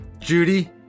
Judy